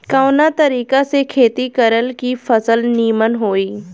कवना तरीका से खेती करल की फसल नीमन होई?